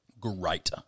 Great